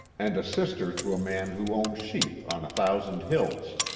and a sister to a man who owned sheep on a thousand hills.